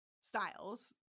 Styles